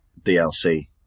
DLC